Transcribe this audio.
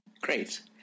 Great